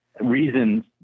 reasons